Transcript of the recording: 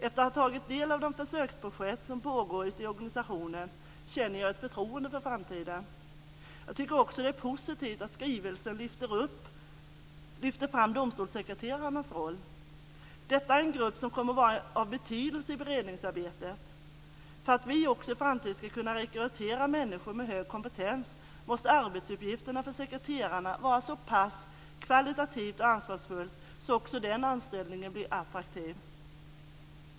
Efter att ha tagit del av de försöksprojekt som pågår ute i organisationen känner jag ett förtroende för framtiden. Jag tycker också att det är positivt att domstolssekreterarnas roll lyfts fram i skrivelsen. Detta är en grupp som kommer att vara av betydelse i beredningsarbetet. För att vi också i framtiden ska kunna rekrytera människor med hög kompetens måste arbetsuppgifterna för sekreterarna vara så pass kvalitativa och ansvarsfulla att också den anställningen blir attraktiv.